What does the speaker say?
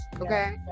okay